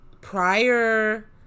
prior